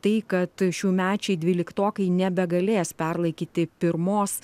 tai kad šiųmečiai dvyliktokai nebegalės perlaikyti pirmos